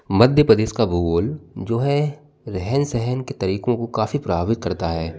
मध्य प्रदेश का भूगोल जो है रहन सहन के तरीकों को काफ़ी प्रभावित करता है